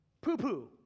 Poo-poo